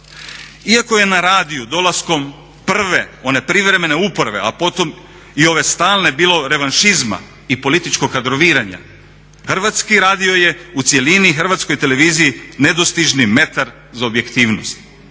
Iako je na radiju dolaskom prve, one privremene uprave a potom i ove stalno bile revanšizma i političkog kadroviranja Hrvatski radio je u cjelini Hrvatskoj televiziji nedostižni metar za objektivnost.